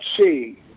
see